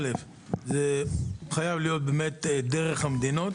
א׳- זה חייב לקרות דרך המדינות,